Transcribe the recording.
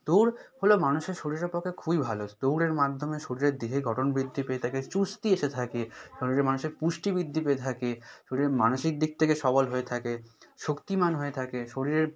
দৌড় হল মানুষের শরীরের পক্ষে খুবই ভালো দৌড়ের মাধ্যমে শরীরের দেহের গঠন বৃদ্ধি পেয়ে থাকে চুস্তি এসে থাকে শরীরে মানুষের পুষ্টি বৃদ্ধি পেয়ে থাকে শরীরে মানসিক দিক থেকে সবল হয়ে থাকে শক্তিমান হয়ে থাকে শরীরের